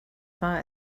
far